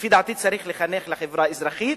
לפי דעתי, צריך לחנך לחברה אזרחית